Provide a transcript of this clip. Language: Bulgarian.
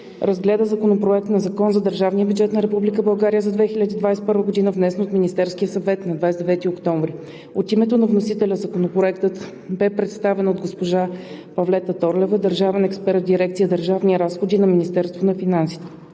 разгледа Законопроект за държавния бюджет на Република България за 2021 г., внесен от Министерския съвет на 29 октомври 2020 г. От името на вносителя Законопроектът бе представен от госпожа Павлета Торлева – държавен експерт в дирекция „Държавни разходи“ на Министерството на финансите.